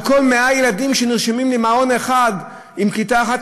על כל 100 ילדים שנרשמים למעון אחד עם כיתה אחת,